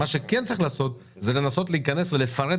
מה שכן צריך לעשות זה לנסות להיכנס ולפרט